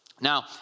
Now